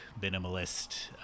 minimalist